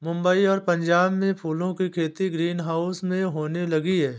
मुंबई और पंजाब में फूलों की खेती ग्रीन हाउस में होने लगी है